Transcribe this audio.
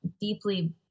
deeply